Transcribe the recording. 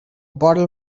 bottle